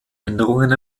änderungen